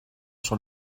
sur